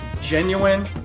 genuine